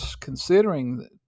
considering